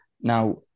Now